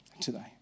today